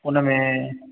हुन में